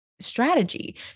Strategy